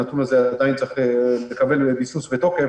הנתון הזה עדין צריך לקבל ביסוס ותוקף